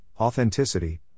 authenticity